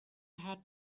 had